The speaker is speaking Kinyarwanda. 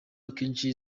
akenshi